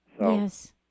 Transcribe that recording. Yes